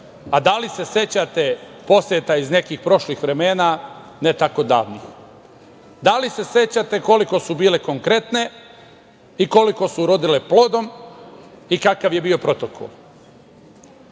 – da li se sećate poseta iz nekih prošlih vremena ne tako davnih? Da li se sećate koliko su bile konkretne i koliko su urodile plodom i kakav je bio protokol? Pošto